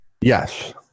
Yes